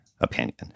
opinion